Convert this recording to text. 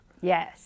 Yes